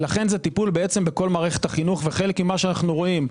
לכן זה טיפול בכל מערכת החינוך וחלק ממה שאנו רואים,